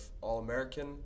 All-American